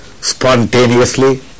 Spontaneously